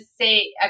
say